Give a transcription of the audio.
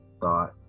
thought